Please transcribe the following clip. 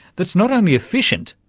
that's not only efficient,